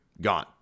gone